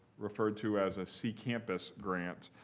referred to as a c campus grant,